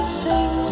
sing